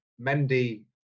mendy